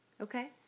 Okay